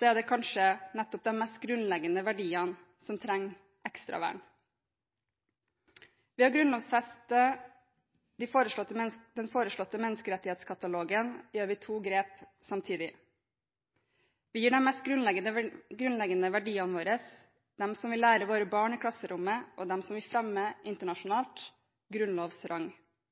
er det kanskje nettopp de mest grunnleggende verdiene som trenger et ekstra vern. Ved å grunnlovfeste den foreslåtte menneskerettighetskatalogen gjør vi to grep samtidig. Vi gir de mest grunnleggende verdiene våre – dem vi lærer våre barn i klasserommet, og dem vi fremmer internasjonalt – grunnlovs rang. Samtidig gjør vi det grepet som